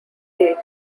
date